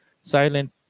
Silent